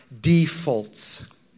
defaults